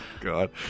God